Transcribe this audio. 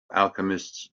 alchemists